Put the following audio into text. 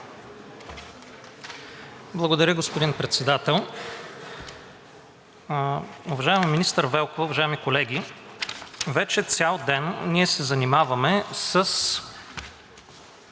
Благодаря, господин Председател. Уважаема министър Велкова, уважаеми колеги! Вече цял ден ние се занимаваме с